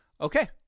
Okay